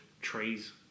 trees